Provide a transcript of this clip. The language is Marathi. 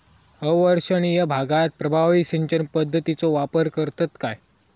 अवर्षणिय भागात प्रभावी सिंचन पद्धतीचो वापर करतत काय?